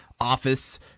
office